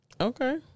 Okay